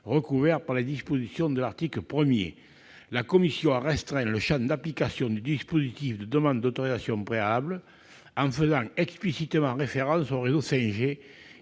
couvert par les dispositions de l'article 1. La commission a restreint le champ d'application du dispositif de demande d'autorisation préalable en faisant explicitement référence aux réseaux 5G